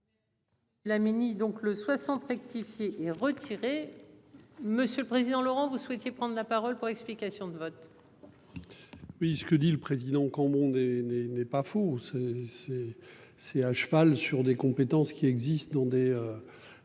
La mini-donc le 60. Effectif. S'il est retiré. Monsieur le président Laurent vous souhaitiez prendre la parole pour explication de vote. Oui, ce que dit le président. Quand mon des des n'est pas fausse. C'est c'est à cheval sur des compétences qui existe dans des.